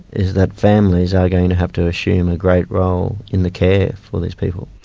is that families are going to have to assume a great role in the care for these people.